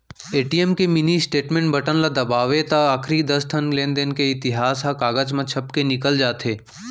ATM के mini statement button ल दबावें त आखरी दस ठन लेनदेन के इतिहास ह कागज म छपके निकल जाथे